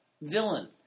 villain